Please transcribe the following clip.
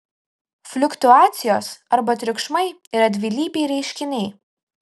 fliuktuacijos arba triukšmai yra dvilypiai reiškiniai